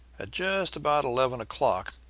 at just about eleven o'clock,